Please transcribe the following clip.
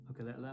Okay